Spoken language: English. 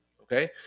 okay